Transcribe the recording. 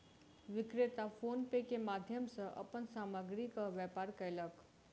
विक्रेता फ़ोन पे के माध्यम सॅ अपन सामग्रीक व्यापार कयलक